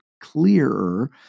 clearer